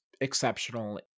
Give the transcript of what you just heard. exceptional